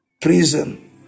prison